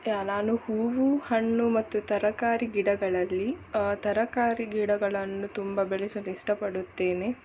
ಯಾ ನಾನು ಹೂವು ಹಣ್ಣು ಮತ್ತು ತರಕಾರಿ ಗಿಡಗಳಲ್ಲಿ ತರಕಾರಿ ಗಿಡಗಳನ್ನು ತುಂಬ ಬೆಳೆಸಲು ಇಷ್ಟಪಡುತ್ತೇನೆ